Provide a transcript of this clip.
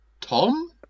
Tom